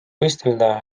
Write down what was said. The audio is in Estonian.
võistelda